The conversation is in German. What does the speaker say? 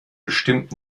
bestimmt